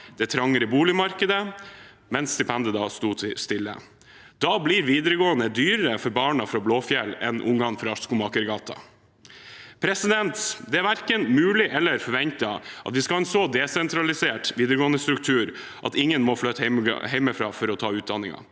og trangere boligmarked. Da blir videregående dyrere for barna fra Blåfjell enn for ungene i Skomakergata. Det er verken mulig eller forventet at vi skal ha en så desentralisert videregåendestruktur at ingen må flytte hjemmefra for å ta utdanning.